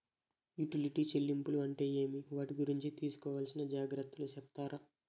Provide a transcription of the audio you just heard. Utility చెల్లింపులు అంటే ఏమి? వాటి గురించి తీసుకోవాల్సిన జాగ్రత్తలు సెప్తారా?